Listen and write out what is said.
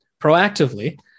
proactively